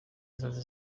inzozi